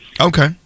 Okay